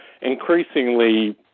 increasingly